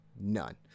None